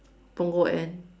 Punggol end